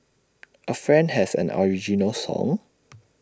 A friend has an original song